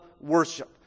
worship